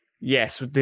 yes